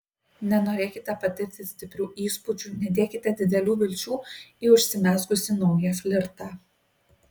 nenorėkite patirti stiprių įspūdžių nedėkite didelių vilčių į užsimezgusį naują flirtą